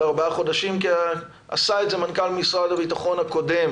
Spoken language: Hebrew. ארבעה חודשים כי עשה את זה מנכ"ל משרד הביטחון הקודם